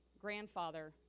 grandfather